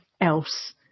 else